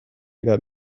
got